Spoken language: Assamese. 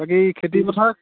বাকী খেতিপথাৰ